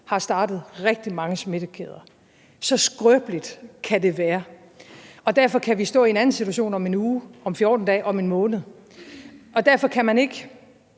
har startet rigtig mange smittekæder. Så skrøbeligt kan det være, og derfor kan vi stå i en anden situation om 1 uge, om 14 dage, om 1 måned. Derfor kan man ikke